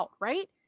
right